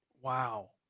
wow